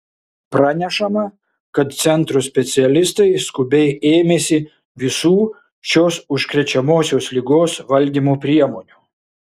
pranešama kad centro specialistai skubiai ėmėsi visų šios užkrečiamosios ligos valdymo priemonių